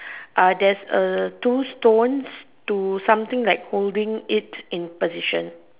there's a two stones to something like holding it in position